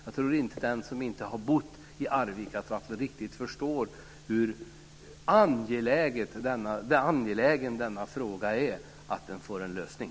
Jag tror inte att den som inte har bott i Arvikatrakten riktigt förstår hur angeläget det är att denna fråga får en lösning.